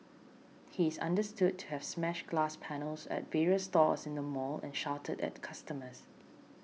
he is understood to have smashed glass panels at various stores in the mall and shouted at customers